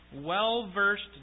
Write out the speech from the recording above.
well-versed